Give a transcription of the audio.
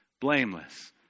blameless